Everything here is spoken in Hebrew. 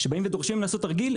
כשבאים ודורשים לעשות תרגיל,